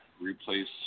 replace